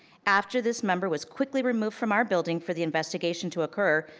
after this member was quickly removed from our building for the investigation to occur,